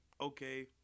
okay